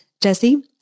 Jesse